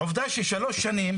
ואתם לא מקבלים את הדרישה הבסיסית,